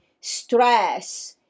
stress